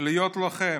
ולהיות לוחם?